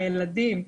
הילדים,